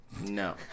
No